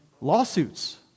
lawsuits